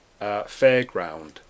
fairground